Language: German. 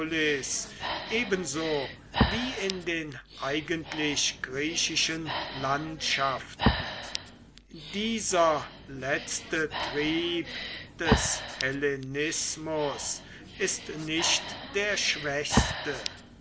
ebenso wie in den eigentlich griechischen landschaften dieser letzte trieb des hellenismus ist nicht der schwächste